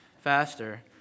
faster